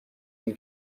این